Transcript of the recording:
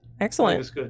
excellent